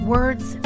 Words